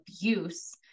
abuse